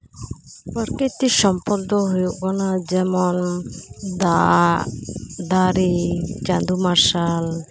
ᱯᱨᱚᱠᱨᱤᱛᱤ ᱥᱚᱢᱯᱚᱫ ᱫᱚ ᱦᱩᱭᱩᱜ ᱠᱟᱱᱟ ᱡᱮᱢᱚᱱ ᱫᱟᱜ ᱫᱟᱨᱮ ᱪᱟᱸᱫᱳ ᱢᱟᱨᱥᱟᱞ